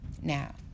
Now